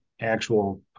actual